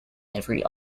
every